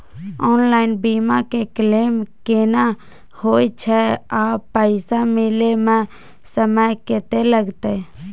Online बीमा के claim केना होय छै आ पैसा मिले म समय केत्ते लगतै?